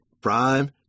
Prime